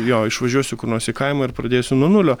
jo išvažiuosiu kur nors į kaimą ir pradėsiu nuo nulio